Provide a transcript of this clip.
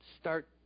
start